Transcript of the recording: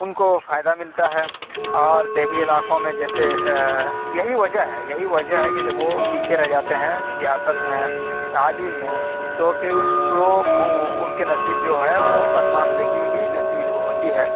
اُن کو فائدہ ملتا ہے اور دیہی علاقوں میں جیسے یہی وجہ ہے یہی وجہ ہے کہ جب وہ پیچھے رہ جاتے ہیں سیاست میں تعلیم میں تو پھر اُن کو اُن کے نصیب جو ہے وہ پسماندگی ہی نصیب ہوتی ہے